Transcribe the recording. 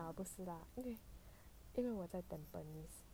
ya 不是啦因为我在 tampines